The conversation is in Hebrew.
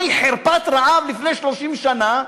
מהי חרפת רעב לפני 30 שנה,